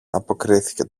αποκρίθηκε